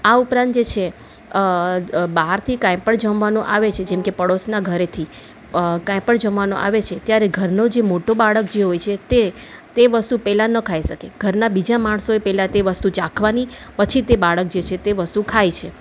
આ ઉપરાંત જે છે બહારથી કાંઈપણ જમવાનું આવે છે જેમ કે પડોશના ઘરેથી કાંઈપણ જમવાનું આવે છે ત્યારે ઘરનો જે મોટો બાળક જે હોય છે તે તે વસ્તુ પહેલાં ન ખાઈ શકે ઘરના બીજા માણસોએ પહેલાં તે વસ્તુ ચાખવાની પછી તે બાળક જે છે તે વસ્તુ ખાય છે